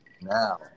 now